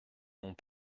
m’ont